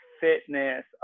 fitness